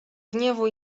gniewu